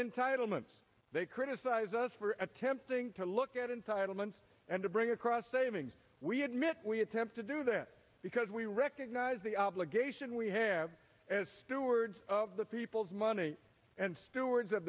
entitlements they criticize us for attempting to look at entitlements and to bring across savings we admit we attempt to do that because we recognize the obligation we have as stewards of the people's money and stewards of